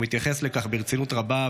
הוא מתייחס לכך ברצינות רבה,